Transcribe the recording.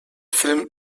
film